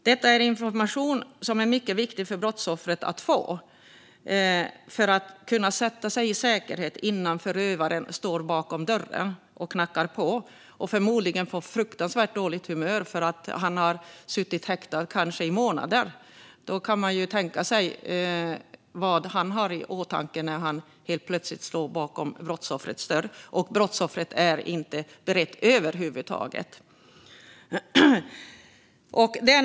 Detta är information som är mycket viktig för brottsoffret att få för att kunna sätta sig i säkerhet innan förövaren står utanför dörren och knackar på - förmodligen på ett fruktansvärt dåligt humör eftersom han kanske suttit häktad i månader. Då kan man tänka sig vad han har i åtanke när han helt plötsligt står utanför brottsoffrets dörr och brottsoffret över huvud taget inte är beredd.